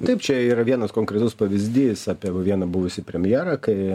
taip čia yra vienas konkretus pavyzdys apie vieną buvusį premjerą kai